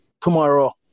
Tomorrow